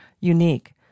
unique